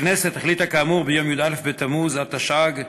הכנסת החליטה כאמור ביום י"א בתמוז התשע"ג,